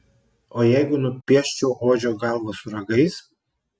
o jeigu nupieščiau ožio galvą su ragais